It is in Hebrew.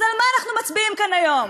אז על מה אנחנו מצביעים כאן היום?